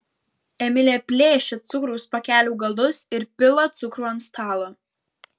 emilė plėšia cukraus pakelių galus ir pila cukrų ant stalo